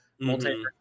multi